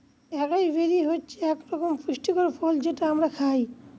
একাই বেরি হচ্ছে এক ধরনের পুষ্টিকর ফল যেটা আমরা খায়